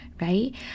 right